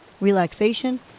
relaxation